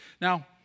Now